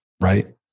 right